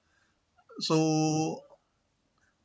so